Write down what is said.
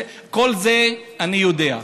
את כל זה אני יודע,